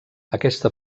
aquesta